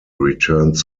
returns